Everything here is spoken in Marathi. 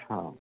हां